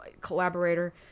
collaborator